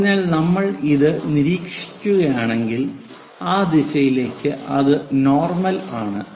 അതിനാൽ നമ്മൾ ഇത് നിരീക്ഷിക്കുകയാണെങ്കിൽ ആ ദിശയിലേക്ക് അത് നോർമൽ ആണ്